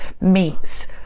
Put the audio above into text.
meats